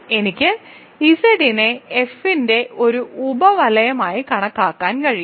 എനിക്ക് ഇസഡിനെ എഫിന്റെ ഒരു ഉപ വലയമായി കണക്കാക്കാൻ കഴിയും